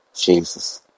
Jesus